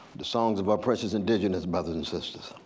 the songs of our precious indigenous brothers and sisters.